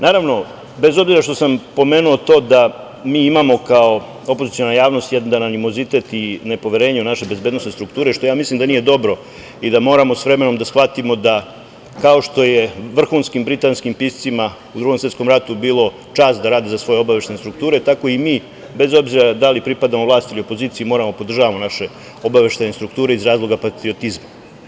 Naravno, bez obzira što sam pomenuo to da mi imamo kao opoziciona javnost jedan animozitet i nepoverenje u naše bezbednosne strukture, što ja mislim da nije dobro i da moramo s vremenom da shvatimo da, kao što je vrhunskim britanskim piscima u Drugom svetskom ratu bilo čast da rade za svoje obaveštajne strukture, tako i mi, bez obzira da li pripadamo vlasti ili opoziciji, moramo da podržavamo naše obaveštajne strukture iz razloga patriotizma.